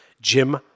Jim